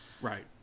right